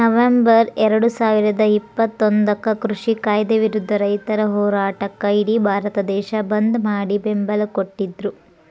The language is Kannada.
ನವೆಂಬರ್ ಎರಡುಸಾವಿರದ ಇಪ್ಪತ್ತೊಂದಕ್ಕ ಕೃಷಿ ಕಾಯ್ದೆ ವಿರುದ್ಧ ರೈತರ ಹೋರಾಟಕ್ಕ ಇಡಿ ಭಾರತ ದೇಶ ಬಂದ್ ಮಾಡಿ ಬೆಂಬಲ ಕೊಟ್ಟಿದ್ರು